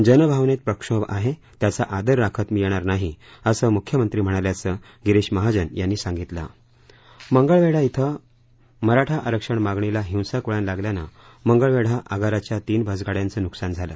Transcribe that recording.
जन भावनेत प्रक्षोभ आहे त्याचा आदर राखत मी येणार नाही अस मुख्यमंत्री म्हणाल्याचं गिरीश महाजन यानी सांगितले मंगळवेढा येथे मराठा आरक्षण मागणीला हिसक वळण लागल्यानं मंगळवेढा आगाराच्या तीन बसगाड्यांचं नुकसान झालं